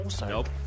Nope